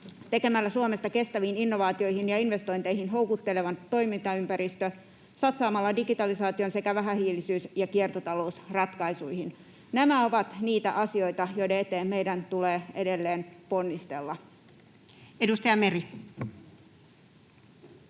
tekemällä Suomesta kestäviin innovaatioihin ja investointeihin houkutteleva toimintaympäristö ja satsaamalla digitalisaatioon sekä vähähiilisyys‑ ja kiertotalousratkaisuihin. Nämä ovat niitä asioita, joiden eteen meidän tulee edelleen ponnistella. Edustaja Meri.